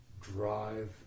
Drive